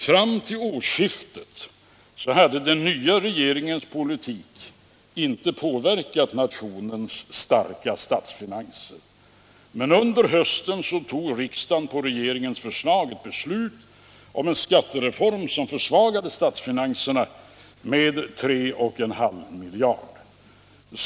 Fram till årsskiftet hade den nya regeringens politik inte påverkat nationens starka statsfinanser. Men under hösten tog riksdagen på regeringens förslag ett beslut om en skattereform som försvagade statsfinanserna med 3,5 miljarder kronor.